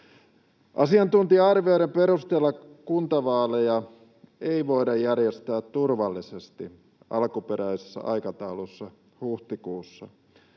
Asiantuntija-arvioiden perusteella kuntavaaleja ei voida järjestää turvallisesti alkuperäisessä aikataulussa huhtikuussa.